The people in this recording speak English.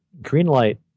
Greenlight